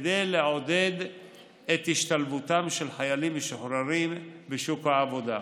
כדי לעודד את השתלבותם של חיילים משוחררים בשוק העבודה,